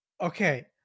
Okay